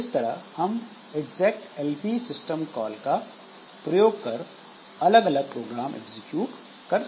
इस तरह हम execlp सिस्टम कॉल का प्रयोग कर अलग अलग प्रोग्राम एग्जीक्यूट कर सकते हैं